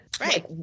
Right